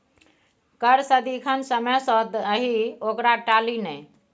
कर सदिखन समय सँ दही ओकरा टाली नै